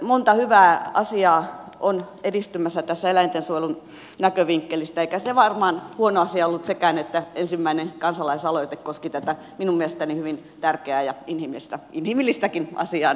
monta hyvää asiaa on edistymässä tässä eläintensuojelun näkövinkkelistä eikä se varmaan huono asia ollut sekään että ensimmäinen kansalaisaloite koski tätä minun mielestäni hyvin tärkeää ja inhimillistäkin asiaa näin voi sanoa